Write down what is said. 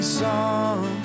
song